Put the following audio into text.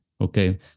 Okay